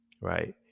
right